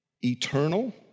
eternal